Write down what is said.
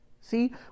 See